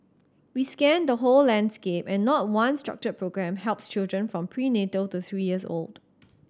we scanned the whole landscape and not one structured programme helps children from prenatal to three years old